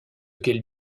qu’elle